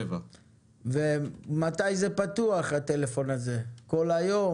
זמין בימים שני,